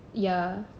ya